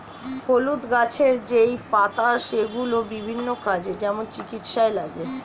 হলুদ গাছের যেই পাতা সেগুলো বিভিন্ন কাজে, যেমন চিকিৎসায় লাগে